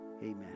amen